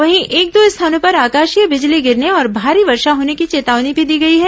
वहीं एक दो स्थानों पर आकाशीय बिजली गिरने और भारी वर्षा होने की चेतावनी भी दी गई है